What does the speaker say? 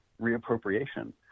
reappropriation